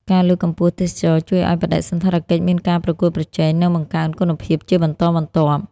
ការលើកកម្ពស់ទេសចរណ៍ជួយឲ្យបដិសណ្ឋារកិច្ចមានការប្រកួតប្រជែង និងបង្កើនគុណភាពជាបន្តបន្ទាប់។